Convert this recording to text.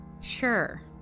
sure